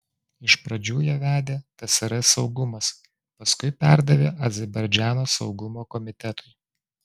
iš pradžių ją vedė tsrs saugumas paskui perdavė azerbaidžano saugumo komitetui